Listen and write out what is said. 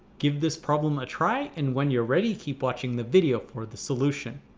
give this problem a try and when you're ready keep watching the video for the solution.